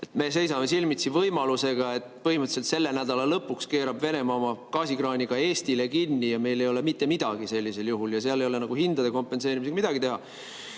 Me seisame silmitsi võimalusega, et põhimõtteliselt selle nädala lõpuks keerab Venemaa oma gaasikraani ka Eestile kinni ja meil ei ole mitte midagi sellisel juhul. Seal ei ole nagu hindade kompenseerimisega midagi teha. Aga